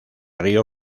río